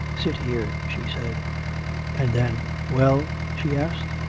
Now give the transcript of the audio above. sit here, she said and then well she asked.